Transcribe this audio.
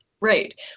Right